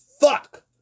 fuck